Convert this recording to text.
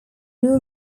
new